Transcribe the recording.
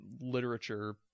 literature